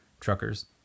truckers